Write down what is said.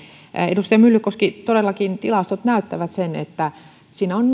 edustaja myllykoski todellakin tilastot näyttävät sen että siinä on